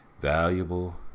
valuable